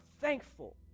thankful